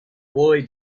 boy